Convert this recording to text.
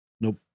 Nope